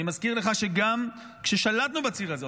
אני מזכיר לך שגם כששלטנו בציר הזה,